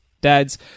Dad's